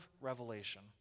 revelation